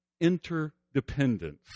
interdependence